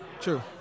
True